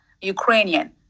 Ukrainian